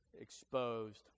exposed